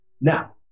Now